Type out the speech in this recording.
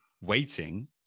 waiting